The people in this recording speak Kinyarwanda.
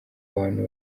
abantu